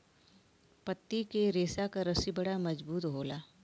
पत्ती के रेशा क रस्सी बड़ा मजबूत होला